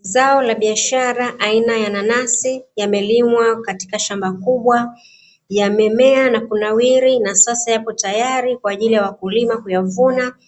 Zao la biashara aina ya nanasi yamelimwa katika shamba kubwa, yamemea na kunawiri na sasa yako tayari kwa ajili ya wakulima kuyavuna,